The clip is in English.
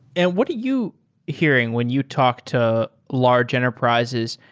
and what are you hearing when you talk to large enterprises?